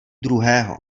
druhého